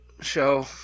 show